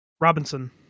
Robinson